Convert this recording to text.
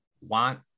want